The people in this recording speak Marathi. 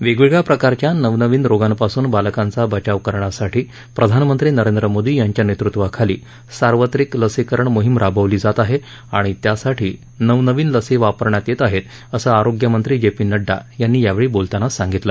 वेगवेगळ्या प्रकारच्या नवनवीन रोगांपासून बालकांचा बचाव करण्यासाठी प्रधानमंत्री नरेंद्र मोदी यांच्या नेतृत्वाखाली सार्वत्रिक लसीकरण मोहीम राबवली जात आहे आणि त्यासाठी नवनवीन लसी वापरण्यात येत आहेत असं आरोग्यमंत्री जे पी नड्डा यांनी यावेळी बोलताना सांगितलं